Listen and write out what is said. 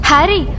Harry